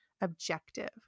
Objective